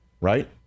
right